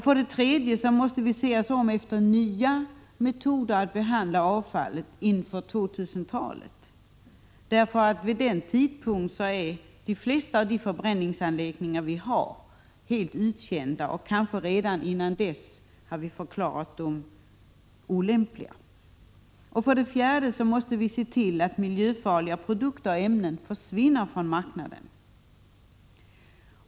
För det tredje måste vi se oss om efter nya metoder att behandla avfallet inför 2000-talet. Vid den tidpunkten är de flesta av de förbränningsanlägg ningar som vi har helt uttjänta — kanske har vi redan dessförinnan förklarat dem olämpliga. För det fjärde måste vi se till att miljöfarliga produkter och ämnen försvinner från marknaden.